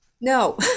No